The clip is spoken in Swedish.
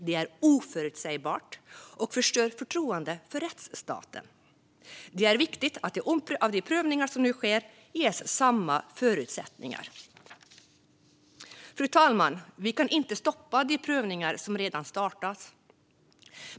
Det är oförutsägbart och förstör förtroendet för rättsstaten. Det är viktigt att de prövningar som nu sker ges samma förutsättningar. Fru talman! Vi kan inte stoppa de prövningar som redan startats.